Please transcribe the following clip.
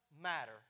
matter